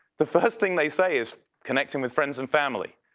the first thing they say is connecting with friends and family.